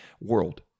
world